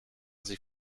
sie